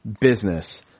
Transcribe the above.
business